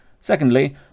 Secondly